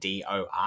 DOR